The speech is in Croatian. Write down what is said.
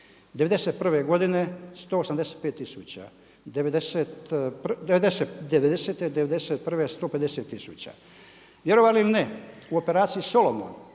'91. godine 185000, '90., '91. 150000, vjerovali ili ne, u Operaciji Solomon,